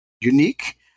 unique